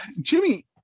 Jimmy